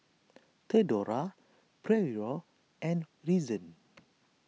theodora Pryor and Reason